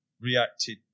reacted